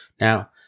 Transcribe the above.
Now